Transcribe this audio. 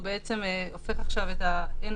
אין